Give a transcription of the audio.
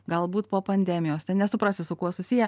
galbūt po pandemijos nesuprasi su kuo susiję